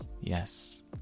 yes